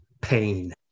pain